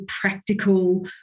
practical